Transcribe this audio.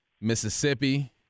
Mississippi